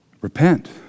repent